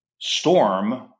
storm